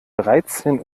dreizehn